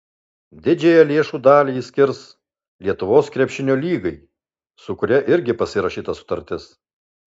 didžiąją lėšų dalį skirs lietuvos krepšinio lygai su kuria irgi pasirašyta sutartis